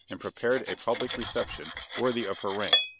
and prepared a public reception worthy of her rank.